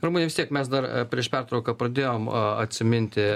ramune vis tiek mes dar prieš pertrauką pradėjom atsiminti